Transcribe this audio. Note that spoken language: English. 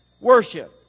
worship